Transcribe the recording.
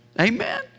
Amen